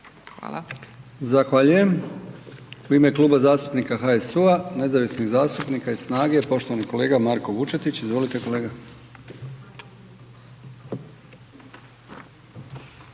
(HDZ)** Zahvaljujem. U ime Kluba zastupnika HSU-a, nezavisnih zastupnika i SNAGA-e poštovani kolega Marko Vučetić. Izvolite kolega.